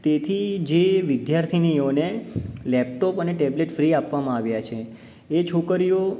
તેથી જે વિદ્યાર્થિનીઓને લૅપટોપ અને ટૅબલેટ ફ્રી આપવામાં આવ્યા છે એ છોકરીઓ